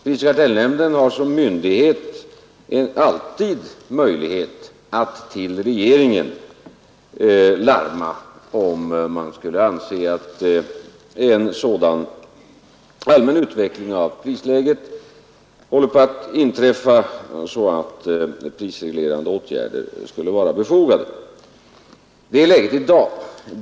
Prisoch kartellnämnden har som myndighet alltid möjlighet att hos regeringen slå larm, om den skulle anse att en sådan allmän utveckling av prisläget håller på att inträffa att prisreglerande åtgärder skulle vara befogade. Det är läget i dag.